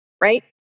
right